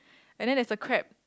and then there's a crab